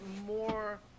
more